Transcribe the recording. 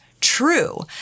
true